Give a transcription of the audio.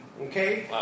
Okay